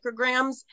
micrograms